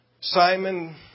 Simon